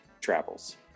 travels